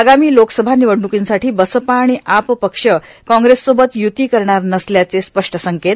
आगामी लोकसभा निवडणुकींसाठी बसपा आणि आप पक्ष काँग्रेससोबत युती करणार नसल्याचे स्पष्ट संकेत